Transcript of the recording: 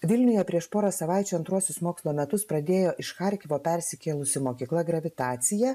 vilniuje prieš porą savaičių antruosius mokslo metus pradėjo iš charkivo persikėlusi mokykla gravitacija